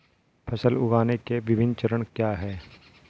फसल उगाने के विभिन्न चरण क्या हैं?